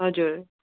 हजुर